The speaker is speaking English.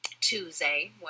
Tuesday